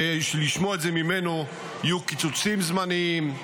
לשמוע את זה ממנו: יהיו קיצוצים זמניים,